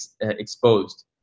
exposed